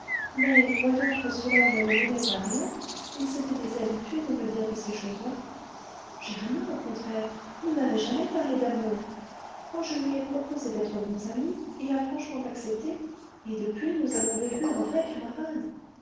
mais voyant que cela ne les menait à rien ils s'étaient déshabitués de me dire de ces choses-là germain au contraire ne m'avait jamais parlé d'amour quand je lui ai proposé d'être bons amis il a franchement accepté et depuis nous avons vécu en vrais camarades